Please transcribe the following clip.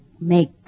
make